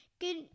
Good